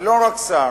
ולא רק שר,